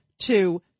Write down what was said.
two